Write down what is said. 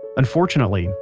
unfortunately,